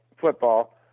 football